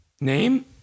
Name